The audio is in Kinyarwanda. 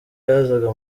yazaga